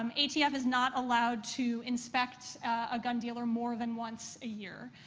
um atf is not allowed to inspect a gun dealer more than once a year.